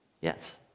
Yes